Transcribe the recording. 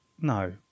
no